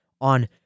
on